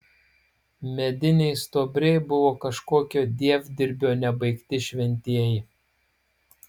mediniai stuobriai buvo kažkokio dievdirbio nebaigti šventieji